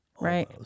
Right